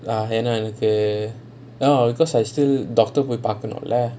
என்ன எனக்கு:enna ennakku no because I still doctor போய் பாக்கணும்:poi paakanum lah